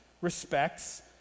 respects